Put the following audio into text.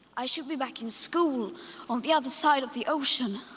i should be back in school on the other side of the ocean,